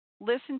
listen